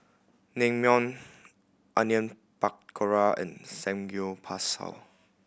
Naengmyeon Onion Pakora and Samgyeopsal